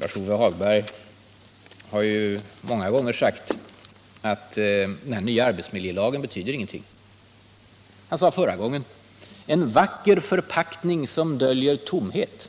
Lars-Ove Hagberg har många gånger sagt att den nya arbetsmiljölagen ingenting betyder. Han kallade den förra gången för ”en vacker förpackning som döljer tomhet”. Den